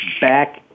back